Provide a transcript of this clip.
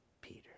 Peter